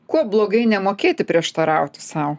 kuo blogai nemokėti prieštarauti sau